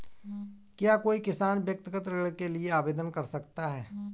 क्या कोई किसान व्यक्तिगत ऋण के लिए आवेदन कर सकता है?